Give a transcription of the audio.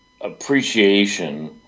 appreciation